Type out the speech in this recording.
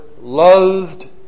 loathed